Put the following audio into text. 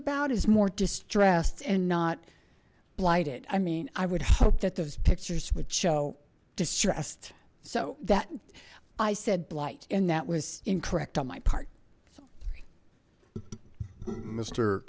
about is more distressed and not blighted i mean i would hope that those pictures would show distressed so that i said blight and that was incorrect on my p